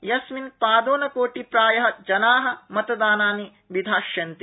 यस्मिन् पादोनकोटिप्राय जना मतदानानि विधास्यन्ति